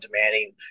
demanding